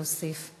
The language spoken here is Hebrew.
להוסיף.